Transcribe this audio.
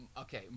Okay